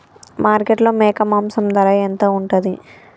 మార్కెట్లో మేక మాంసం ధర ఎంత ఉంటది?